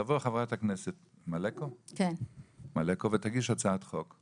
תבוא חברת הכנסת מלקו ותגיש הצעת חוק,